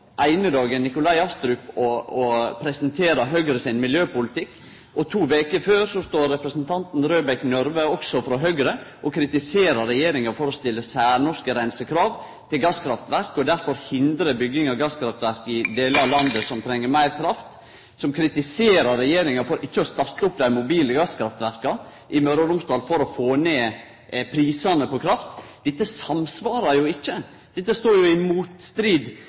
eine dagen Nikolai Astrup og presenterer Høgre sin miljøpolitikk, og to veker før står representanten Røbekk Nørve, òg frå Høgre, og kritiserer regjeringa for å stille særnorske reinsekrav til gasskraftverk og derfor hindre bygging av gasskraftverk i delar av landet som treng meir kraft, og kritiserer regjeringa for ikkje å starte opp dei mobile gasskraftverka i Møre og Romsdal for å få ned prisane på kraft. Dette samsvarar ikkje, dette står i motstrid